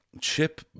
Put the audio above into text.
Chip